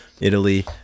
italy